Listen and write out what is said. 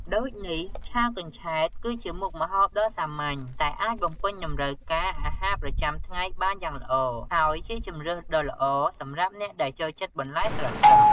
ដូចនេះ ឆាកញ្ឆែត គឺជាមុខម្ហូបដ៏សាមញ្ញ តែអាចបំពេញតម្រូវការអាហារប្រចាំថ្ងៃបានយ៉ាងល្អ ហើយជាជម្រើសដ៏ល្អសម្រាប់អ្នកដែលចូលចិត្តបន្លែស្រស់ៗ។